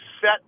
set